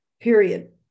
period